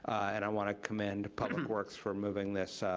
and i wanna commend public works for moving this,